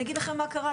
אני אגיד לכם מה קרה.